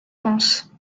pense